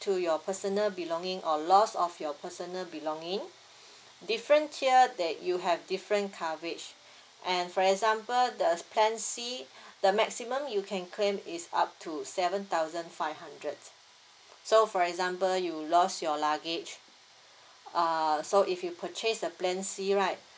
to your personal belonging or loss of your personal belonging different tier that you have different coverage and for example the plan C the maximum you can claim is up to seven thousand five hundred so for example you lost your luggage uh so if you purchase the plan C right